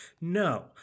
no